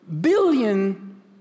billion